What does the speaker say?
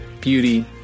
beauty